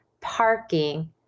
parking